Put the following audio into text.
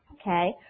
okay